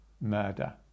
murder